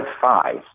five